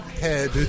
head